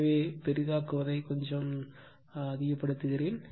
எனவே பெரிதாக்குவதை கொஞ்சம் குறைக்க அனுமதிக்கிறேன்